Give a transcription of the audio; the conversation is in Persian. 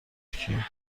کیه